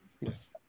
Yes